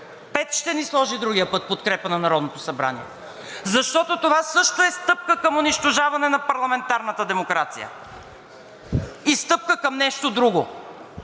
5% ще ни сложи другия път в подкрепа на Народното събрание. Защото това също е стъпка към унищожаване на парламентарната демокрация и стъпка към нещо друго.